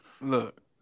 Look